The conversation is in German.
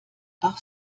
auch